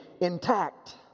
intact